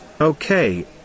Okay